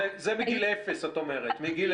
זה, מגיל אפס, את אומרת.